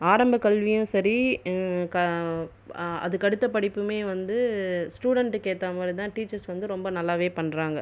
ஆரம்ப கல்வியும் சரி க அ அதுக்கு அடுத்த படிப்புமே வந்து ஸ்டுடென்ட்டுக்கு ஏற்ற மாதிரி தான் டீச்சர்ஸ் வந்து ரொம்ப நல்லாவே பண்றாங்கள்